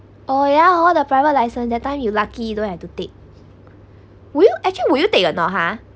oh ya hor the private license that time you lucky don't have to take would you actually would you take or not ha